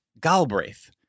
Galbraith